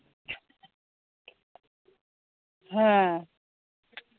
হ্যাঁ